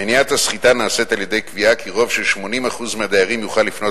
מניעת הסחיטה נעשית על-ידי קביעה כי רוב של 80% מהדיירים יוכל לפנות